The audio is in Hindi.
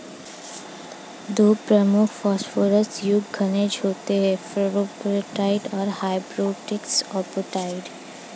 दो प्रमुख फॉस्फोरस युक्त खनिज होते हैं, फ्लोरापेटाइट और हाइड्रोक्सी एपेटाइट